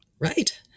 Right